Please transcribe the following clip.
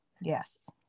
Yes